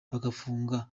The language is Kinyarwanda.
bagafungwa